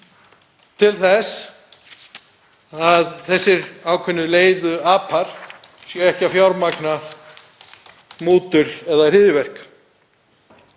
til þess að þessir Leiðu apar séu ekki að fjármagna mútur eða hryðjuverk.